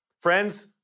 Friends